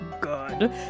good